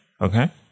okay